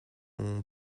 mon